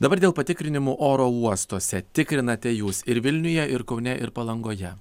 dabar dėl patikrinimų oro uostuose tikrinate jūs ir vilniuje ir kaune ir palangoje